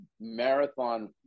marathon